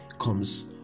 comes